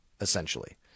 essentially